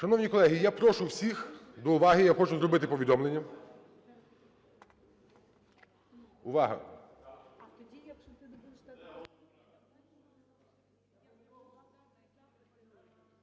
Шановні колеги, я прошу всіх до уваги. Я хочу зробити повідомлення.